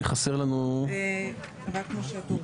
משה טור